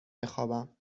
بخوابم